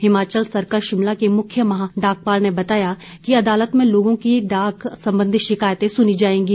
Himachal circle Shimla के मुख्य महा डाकपाल ने बताया कि अदालत में लोगों की डाक संबंधी शिकायतें सुनी जाएंगी